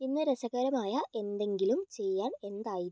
ഇന്ന് രസകരമായ എന്തെങ്കിലും ചെയ്യാൻ എന്തായിരിക്കും